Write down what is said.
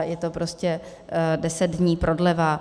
Je to prostě deset dní prodleva.